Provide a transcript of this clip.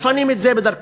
או במקומות אחרים,